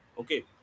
Okay